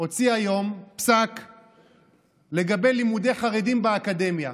הוציא היום פסק דין לגבי לימודי חרדים באקדמיה,